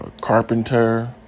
carpenter